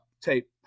tape